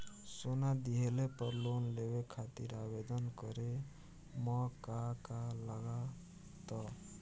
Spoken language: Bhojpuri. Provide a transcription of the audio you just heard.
सोना दिहले पर लोन लेवे खातिर आवेदन करे म का का लगा तऽ?